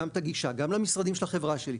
גם גישה למשרדים של החברה שלי,